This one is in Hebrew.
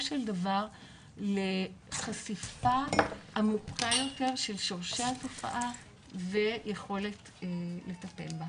של דבר לחשיפה עמוקה יותר של שורשי התופעה ויכולת לטפל בה.